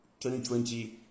2020